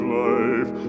life